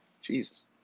Jesus